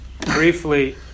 briefly